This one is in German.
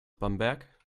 bamberg